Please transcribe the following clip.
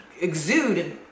exude